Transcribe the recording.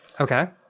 Okay